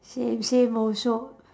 same same also